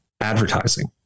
advertising